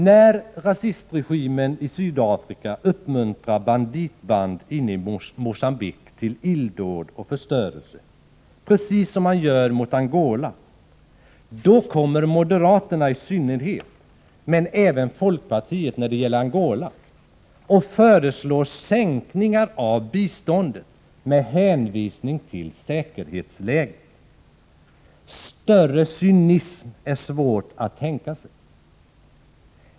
När rasistregimen i Sydafrika uppmuntrar banditband inne i Mogambique till illdåd och förstörelse, precis som man gör beträffande Angola, då kommer i synnerhet moderaterna men även folkpartiet och föreslår sänkningar av biståndet till Angola, med hänvisning till säkerhetsläget. Större cynism är svårt att tänka sig.